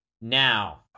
Now